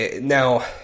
now